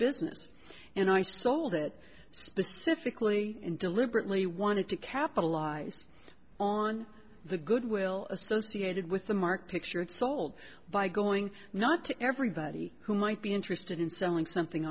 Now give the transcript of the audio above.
business and i sold that specifically and deliberately wanted to capitalize on the goodwill associated with the marc picture it sold by going not to everybody who might be interested in selling something